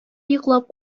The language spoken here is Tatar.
йоклап